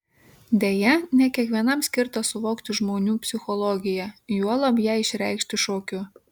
deja ne kiekvienam skirta suvokti žmonių psichologiją juolab ją išreikšti šokiu